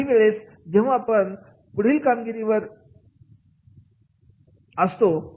काही वेळेस जेव्हा आपण पुढील कामगिरीवर हात असतो